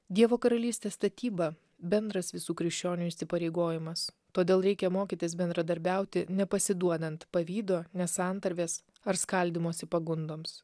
dievo karalystės statyba bendras visų krikščionių įsipareigojimas todėl reikia mokytis bendradarbiauti nepasiduodant pavydo nesantarvės ar skaldymosi pagundoms